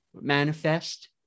manifest